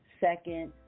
second